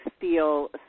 feel